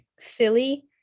Philly